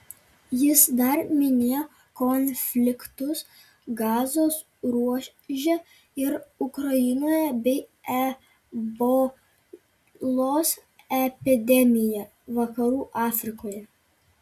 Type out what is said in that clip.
jis dar minėjo konfliktus gazos ruože ir ukrainoje bei ebolos epidemiją vakarų afrikoje